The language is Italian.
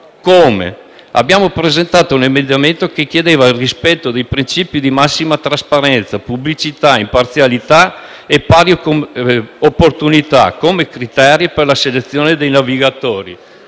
Come? Abbiamo presentato un emendamento che chiedeva il rispetto dei princìpi di massima trasparenza, pubblicità, imparzialità e pari opportunità come criteri per la selezione dei *navigator*.